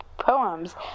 poems